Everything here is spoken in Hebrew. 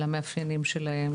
המאפיינים שלהם,